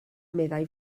meddai